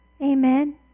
amen